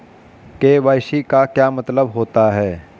KYC का क्या मतलब होता है?